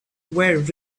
were